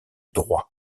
droit